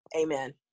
Amen